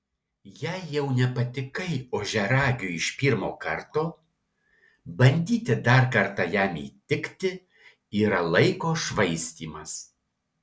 jei jau nepatikai ožiaragiui iš pirmo karto bandyti dar kartą jam įtikti yra laiko švaistymas